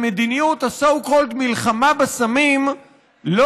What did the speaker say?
שמדיניות ה-so called מלחמה בסמים לא